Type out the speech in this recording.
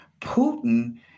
Putin